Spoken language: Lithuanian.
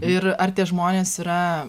ir ar tie žmonės yra